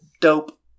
Dope